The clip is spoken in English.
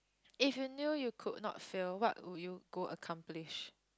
if you knew you could not fail what would you go accomplish